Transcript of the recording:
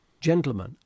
Gentlemen